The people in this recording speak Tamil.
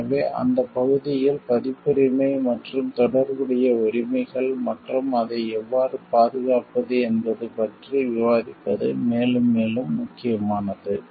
எனவே அந்த பகுதியில் பதிப்புரிமை மற்றும் தொடர்புடைய உரிமைகள் மற்றும் அதை எவ்வாறு பாதுகாப்பது என்பது பற்றி விவாதிப்பது மேலும் மேலும் முக்கியமானது